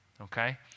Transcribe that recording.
okay